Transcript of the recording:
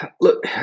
Look